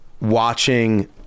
watching